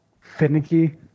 finicky